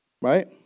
Right